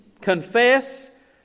Confess